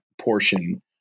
portion